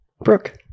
Brooke